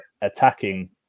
attacking